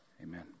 Amen